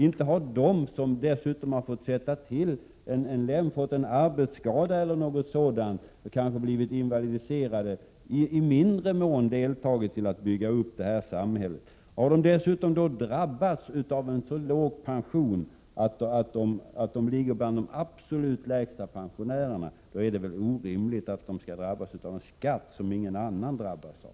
Inte har väl de pensionärer som har fått en arbetsskada och kanske blivit invalidiserade i mindre mån bidragit till att bygga upp vårt samhälle? Har de dessutom drabbats genom att få en så låg pension att de tillhör dem som har de absolut lägsta pensionerna, är det väl orimligt att de skall drabbas av en skatt som ingen annan drabbas av.